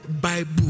Bible